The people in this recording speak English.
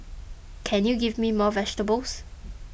can you give me more vegetables